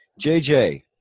JJ